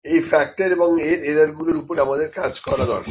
এই ফ্যাক্টর এবং এই এরর গুলোর উপরে আমাদের কাজ করা দরকার